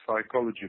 psychology